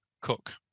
cook